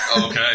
okay